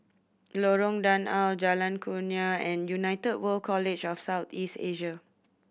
Lorong Danau Jalan Kurnia and United World College of South East Asia